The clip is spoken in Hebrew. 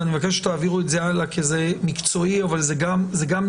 ואני מבקש שתעבירו את זה הלאה כי זה מקצועי אבל זה גם משפטי